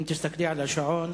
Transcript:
אם תסתכלי על השעון,